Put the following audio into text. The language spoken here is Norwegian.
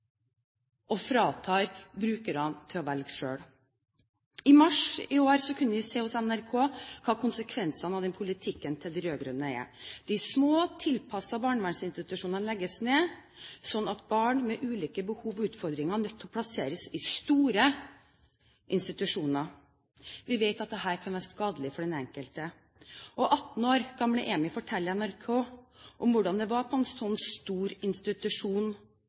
Man fratar brukerne muligheten til å velge selv. I mars i år kunne vi se på NRK hva konsekvensen av politikken til de rød-grønne er. De små, tilpassede barnevernsinstitusjonene legges ned, slik at barn med ulike behov og utfordringer er nødt til å plasseres i store institusjoner. Vi vet at dette kan være skadelig for den enkelte. 18 år gamle Emil forteller til NRK hvordan det var på en slik stor institusjon,